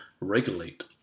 regulate